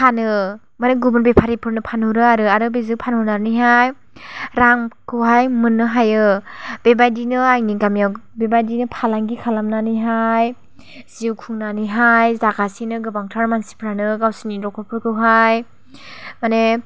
फानो मानि गुबुन बेफारिफोरनो फानहरो आरो आरो बे जि फानहरनानैहाय रांखौहाय मोननो हायो बेबायदिनो आंनि गामियाव बेबायदिनो फालांगि खालामनानैहाय जिउ खुंनानैहाय जागासिनो गोबांथार मानसिफ्रानो गावसोरनि नखरफोरखौहाय माने